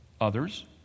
Others